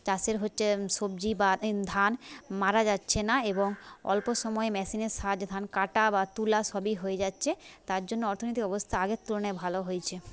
চাষের হচ্ছে সবজি বা ধান মারা যাচ্ছে না এবং অল্প সময়ে মেশিনের সাহায্যে ধান কাটা বা তুলা সবই হয়ে যাচ্ছে তার জন্য অর্থনীতির অবস্থা আগের তুলনায় ভালো হয়েছে